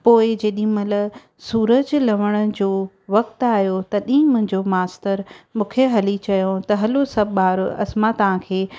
पोइ जेॾीमहिल सूरज लहण जो वक़्तु आयो तॾहिं मुंहिंजो मास्तर मूंखे हली चयो त हलो सभु ॿार असि मां तव्हां खे